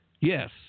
Yes